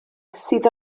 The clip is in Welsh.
sydd